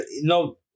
no